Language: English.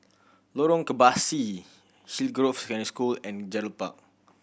Lorong Kebasi Hillgrove Secondary School and Gerald Park